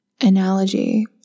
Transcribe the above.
analogy